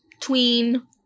tween